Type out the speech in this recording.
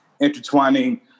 intertwining